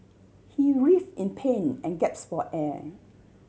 he writhe in pain and gaps for air